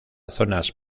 zonas